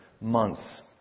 Months